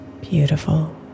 beautiful